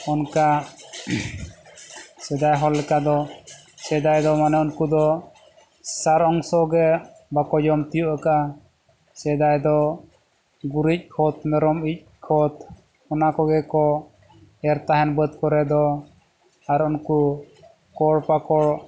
ᱚᱱᱠᱟ ᱥᱮᱫᱟᱭ ᱦᱚᱲ ᱞᱮᱠᱟ ᱫᱚ ᱥᱮᱫᱟᱭ ᱫᱚ ᱢᱟᱱᱮ ᱩᱱᱠᱩ ᱫᱚ ᱥᱟᱨ ᱚᱝᱥᱚ ᱜᱮ ᱵᱟᱠᱚ ᱡᱚᱢ ᱛᱤᱭᱳᱜ ᱟᱠᱟᱫᱼᱟ ᱥᱮᱫᱟᱭ ᱫᱚ ᱜᱩᱨᱤᱡ ᱠᱷᱚᱛ ᱢᱮᱨᱚᱢ ᱤᱡ ᱠᱷᱚᱛ ᱚᱱᱟ ᱠᱚᱜᱮ ᱠᱚ ᱮᱨ ᱛᱟᱦᱮᱱ ᱵᱟᱹᱫ ᱠᱚᱨᱮ ᱫᱚ ᱟᱨ ᱩᱱᱠᱩ ᱯᱷᱚᱞ ᱯᱟᱠᱚᱲ